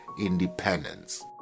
independence